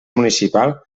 municipal